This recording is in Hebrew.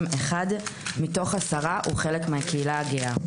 אחד מתוך עשרה הוא חלק מהקהילה הגאה.